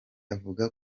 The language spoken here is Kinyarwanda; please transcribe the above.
avuga